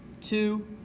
two